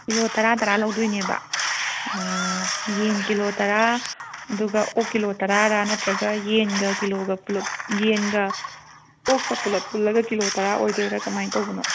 kilo ꯇꯔꯥ ꯇꯔꯥ ꯂꯧꯗꯣꯏꯅꯦꯕ ꯌꯦꯟ ꯀꯤꯂꯣ ꯇꯔꯥ ꯑꯗꯨꯒ ꯑꯣꯛ ꯀꯤꯂꯣ ꯇꯔꯥꯔꯥ ꯅꯠꯇ꯭ꯔꯒ ꯌꯦꯟꯒ ꯀꯤꯂꯣꯒ ꯄꯨꯂꯞ ꯌꯦꯟꯒ ꯑꯣꯛꯀ ꯄꯨꯂꯞ ꯄꯨꯜꯂꯒ ꯀꯤꯂꯣ ꯇꯔꯥ ꯑꯣꯏꯒꯗꯣꯏꯔꯥ ꯀꯔꯃꯥꯏ ꯇꯧꯕꯅꯣ